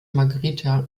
margherita